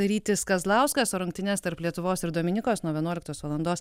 rytis kazlauskas o rungtynes tarp lietuvos ir dominikos nuo vienuoliktos valandos